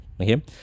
Okay